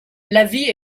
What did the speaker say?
l’avis